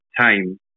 time